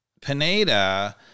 Pineda